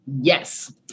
Yes